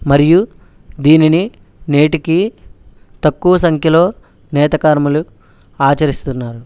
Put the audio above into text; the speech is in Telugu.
మరియు దీనిని నేటికీ తక్కువ సంఖ్యలో నేతకారులు ఆచరిస్తున్నారు